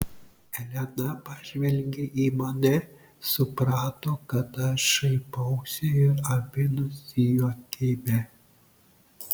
elena pažvelgė į mane suprato kad aš šaipausi ir abi nusijuokėme